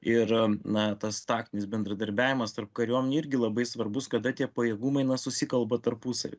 ir na tas taktinis bendradarbiavimas tarp kariuomenių irgi labai svarbus kada tie pajėgumai na susikalba tarpusavy